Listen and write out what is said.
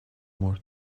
more